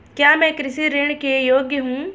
क्या मैं कृषि ऋण के योग्य हूँ?